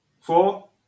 four